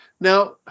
now